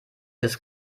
ist